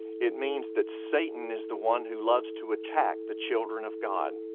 it means that satan is the one who loves to attack the children of god.